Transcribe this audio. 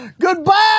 goodbye